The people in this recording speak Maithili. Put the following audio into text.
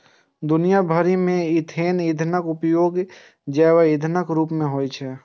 दुनिया भरि मे इथेनॉल ईंधनक उपयोग जैव ईंधनक रूप मे होइ छै